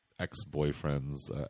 Ex-boyfriend's